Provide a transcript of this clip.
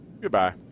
Goodbye